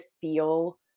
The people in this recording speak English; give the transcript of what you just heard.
feel